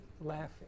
laughing